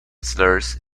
slurs